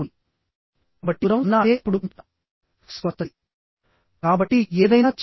tension member design లో ఇది చాలా ముఖ్యమైనది